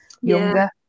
younger